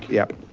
yep.